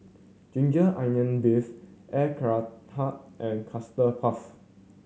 ginger onions beef Air Karthira and Custard Puff